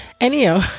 anyhow